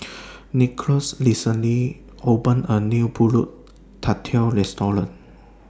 Nicklaus recently opened A New Pulut Tatal Restaurant